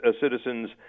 citizens